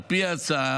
על פי ההצעה,